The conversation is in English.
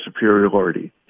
superiority